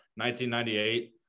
1998